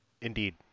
Indeed